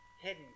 hidden